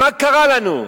מה קרה לנו?